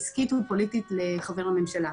עסקית ופוליטית לחבר הממשלה.